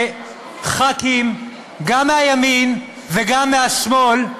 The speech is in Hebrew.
וחברי כנסת, גם מהימין וגם מהשמאל,